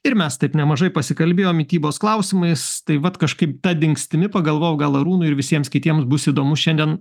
ir mes taip nemažai pasikalbėjom mitybos klausimais tai vat kažkaip ta dingstimi pagalvojau gal arūnui ir visiems kitiems bus įdomu šiandien